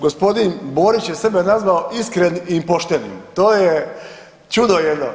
Gospodin Borić je sebe nazvao iskrenim i poštenim to je čudo jedno.